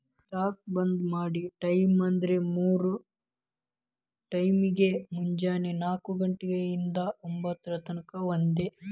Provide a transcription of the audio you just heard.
stock ಬದ್ಲಿ ಮಾಡೊ ಟೈಮ್ವ್ಂದ್ರ ಮೂರ್ ಟೈಮ್ನ್ಯಾಗ, ಮುಂಜೆನೆ ನಾಕ ಘಂಟೆ ಇಂದಾ ಒಂಭತ್ತರ ತನಕಾ ಒಂದ್